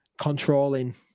controlling